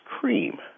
cream